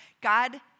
God